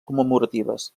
commemoratives